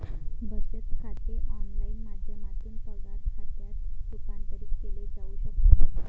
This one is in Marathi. बचत खाते ऑनलाइन माध्यमातून पगार खात्यात रूपांतरित केले जाऊ शकते